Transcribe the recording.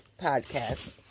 podcast